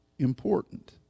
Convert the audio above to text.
important